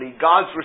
God's